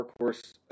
workhorse